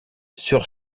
sur